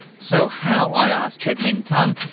so how, i asked chade-meng tan,